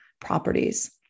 properties